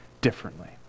differently